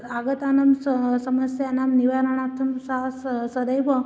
आगतानां स समस्यानां निवारणार्थं स स सदैव